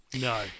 No